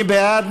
מי בעד?